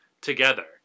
together